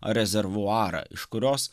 rezervuarą iš kurios